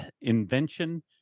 invention